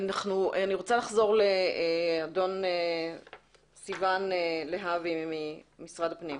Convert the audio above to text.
אני רוצה לחזור לאדון סיון להבי ממשרד הפנים.